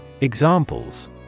Examples